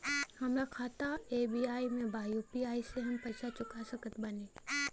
हमारा खाता एस.बी.आई में बा यू.पी.आई से हम पैसा चुका सकत बानी?